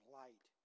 light